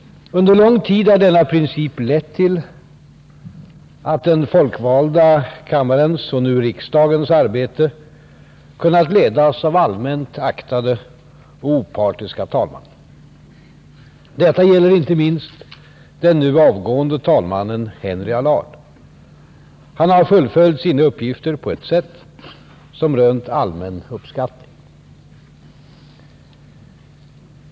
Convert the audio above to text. Under lång tid har denna princip lett till att den folkvalda kammarens, och nu riksdagens, arbete har kunnat ledas av allmänt aktade och opartiska talmän. Detta gäller inte minst den avgående talmannen Henry Allard. Han har fullföljt sina uppgifter på ett sätt som rönt allmän uppskattning.